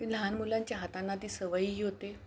लहान मुलांच्या हातांना ती सवयही होते